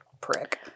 Prick